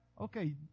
okay